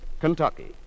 Kentucky